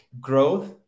growth